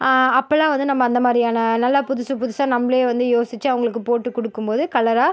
அப்போல்லாம் வந்து நம்ம அந்த மாதிரியான நல்லா புதுசு புதுசாக நம்பளே வந்து யோசிச்சு அவங்களுக்கு போட்டு கொடுக்கும்போது கலராக